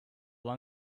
long